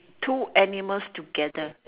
two animals together